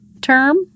term